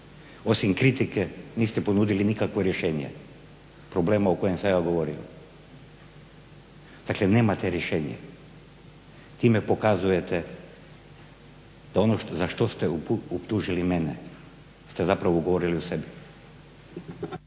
osim kritike niste ponudili nikakvo rješenje problema o kojem sam ja govorio. Dakle, nemate rješenje. Time pokazujete da ono za što ste optužili mene ste zapravo govorili o sebi.